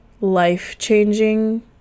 life-changing